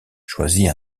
choisit